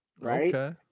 right